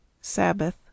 Sabbath